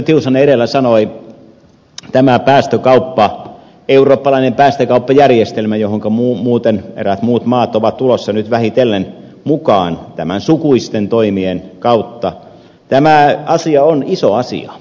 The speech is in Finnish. tiusanen edellä sanoi tämä päästökauppa eurooppalainen päästökauppajärjestelmä johonka muuten eräät muut maat ovat tulossa nyt vähitellen mukaan tämän sukuisten toimien kautta on iso asia